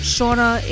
Shauna